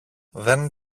δεν